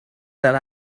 fel